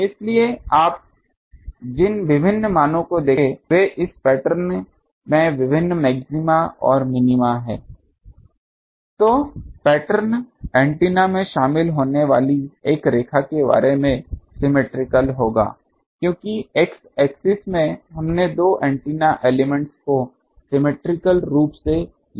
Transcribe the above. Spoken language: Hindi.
इसलिए आप जिन विभिन्न मानों को देखेंगे वे इस पैटर्न में विभिन्न मैक्सिमा और मिनिमा हैं तो पैटर्न एंटीना में शामिल होने वाली एक रेखा के बारे में सीमेट्रिकल होगा क्योंकि x एक्सिस में हमने दो एंटीना एलिमेंट्स को सीमेट्रिकल रूप से लिया है